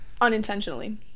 unintentionally